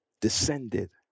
descended